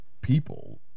people